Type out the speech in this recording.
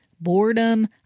boredom